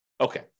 Okay